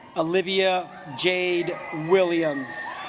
olivia jade william